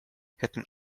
hätten